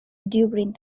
during